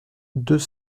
deux